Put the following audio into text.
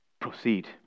proceed